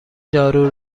دارو